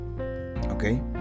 okay